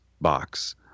box